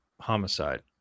homicide